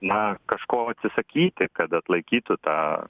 na kažko atsisakyti kad atlaikytų tą